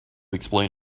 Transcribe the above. explain